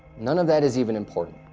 none of that is even important.